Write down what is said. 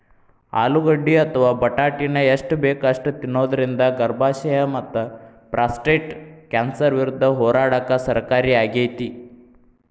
ಆಲೂಗಡ್ಡಿ ಅಥವಾ ಬಟಾಟಿನ ಎಷ್ಟ ಬೇಕ ಅಷ್ಟ ತಿನ್ನೋದರಿಂದ ಗರ್ಭಾಶಯ ಮತ್ತಪ್ರಾಸ್ಟೇಟ್ ಕ್ಯಾನ್ಸರ್ ವಿರುದ್ಧ ಹೋರಾಡಕ ಸಹಕಾರಿಯಾಗ್ಯಾತಿ